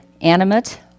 animate